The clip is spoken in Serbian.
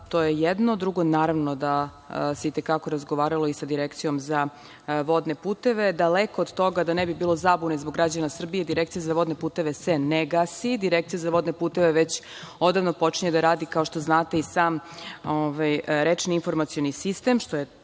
to je jedno. Drugo, naravno da se i te kako razgovaralo i sa Direkcijom za vodne puteve. Daleko od toga da ne bi bilo zabune zbog građana Srbije, Direkcija za vodne puteve se ne gasi. Direkcija za vodne puteve već odavno počinje da radi kao što znate i sam rečni informacioni sistem, što je